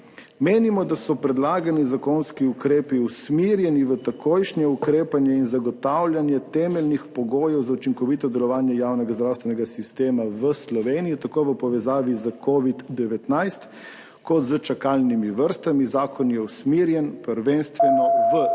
Menimo, da so predlagani zakonski ukrepi usmerjeni v takojšnje ukrepanje in zagotavljanje temeljnih pogojev za učinkovito delovanje javnega zdravstvenega sistema v Sloveniji tako v povezavi s COVID-19 kot s čakalnimi vrstami. Zakon je usmerjen prvenstveno v ljudi,